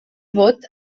vot